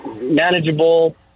manageable